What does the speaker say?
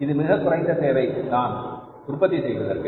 இது மிகக்குறைந்த தேவை தான் உற்பத்தி செய்வதற்கு